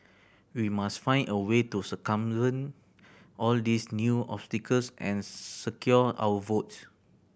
we must find a way to circumvent all these new obstacles and secure our votes